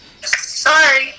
Sorry